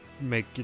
make